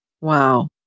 wow